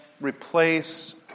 replace